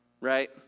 right